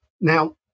Now